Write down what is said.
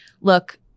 look